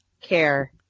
care